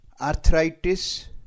Arthritis